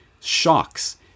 shocks